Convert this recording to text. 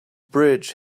bridge